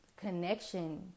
connection